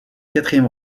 quatrième